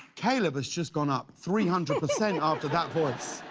caleb has just gone up three hundred percent after that voice.